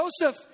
Joseph